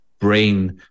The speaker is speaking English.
Brain